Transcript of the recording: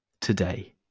Today